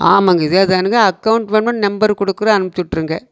ஆமாங்க இதேதானுங்க அக்கௌண்ட் வேணுன்னால் நம்பர் கொடுக்குறேன் அனுப்பிச்சுட்ருங்க